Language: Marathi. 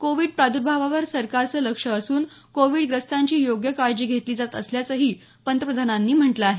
कोविड प्रादुर्भावावर सरकारचं लक्ष असून कोविडग्रस्तांची योग्य काळजी घेतली जात असल्याचं पंतप्रधानांनी म्हटलं आहे